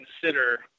consider